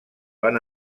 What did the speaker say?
van